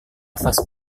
vas